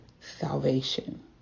salvation